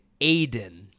Aiden